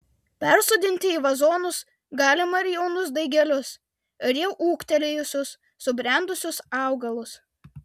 persodinti į vazonus galima ir jaunus daigelius ir jau ūgtelėjusius subrendusius augalus